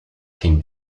team